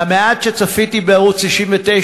מהמעט שצפיתי בערוץ 99,